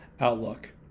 outlook